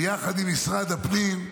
ביחד עם משרד הפנים,